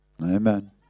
Amen